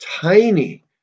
tiny